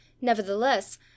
Nevertheless